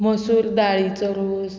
मसूर दाळीचो रोस